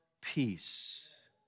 Peace